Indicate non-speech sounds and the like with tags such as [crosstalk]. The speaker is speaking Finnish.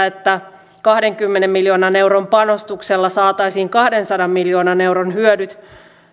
[unintelligible] että kahdenkymmenen miljoonan euron panostuksella saataisiin kahdensadan miljoonan euron